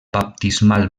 baptismal